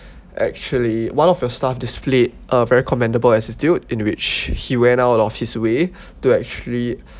actually one of your staff display a very commendable attitude in which he went out of his way to actually